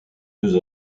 deux